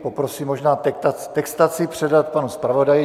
Poprosím možná textaci předat panu zpravodaji.